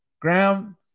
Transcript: Graham